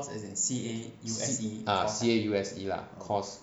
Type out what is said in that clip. c~ ah C A U S E lah cause so